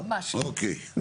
ממש לא.